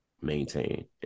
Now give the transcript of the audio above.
maintain